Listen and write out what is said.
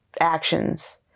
actions